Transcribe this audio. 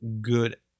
good